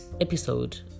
episode